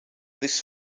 this